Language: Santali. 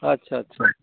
ᱟᱪᱪᱷᱟ ᱪᱷᱟ ᱟᱪᱪᱷᱟ